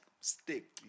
stick